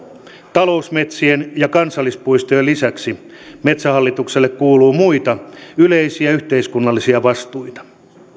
talousmetsien ja kansallispuistojen lisäksi metsähallitukselle kuuluu muita yleisiä yhteiskunnallisia vastuita